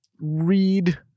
read